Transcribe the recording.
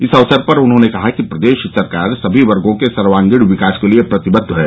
इस अवसर पर उन्होंने कहा प्रदेश सरकार सभी वर्गो के सर्वागीण विकास के लिए प्रतिबद्द है